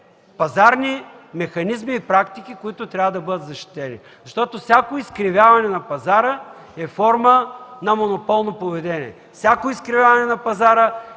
пазарни механизми и практики, които трябва да бъдат защитени, защото всяко изкривяване на пазара е форма на монополно поведение. Всяко изкривяване на пазара